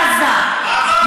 הם סוהרים?